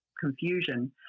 confusion